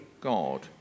God